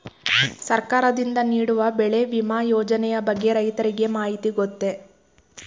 ಸರ್ಕಾರದಿಂದ ನೀಡುವ ಬೆಳೆ ವಿಮಾ ಯೋಜನೆಯ ಬಗ್ಗೆ ರೈತರಿಗೆ ಮಾಹಿತಿ ಗೊತ್ತೇ?